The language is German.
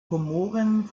komoren